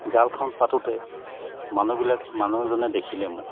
জালখন পাতোঁতে মানুহবিলাক মানুহ এজনে দেখিলে মোক